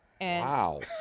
Wow